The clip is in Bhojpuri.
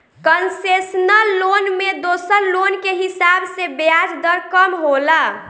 कंसेशनल लोन में दोसर लोन के हिसाब से ब्याज दर कम होला